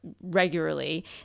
regularly